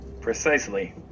Precisely